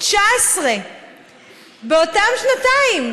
19 באותן שנתיים.